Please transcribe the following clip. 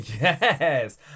yes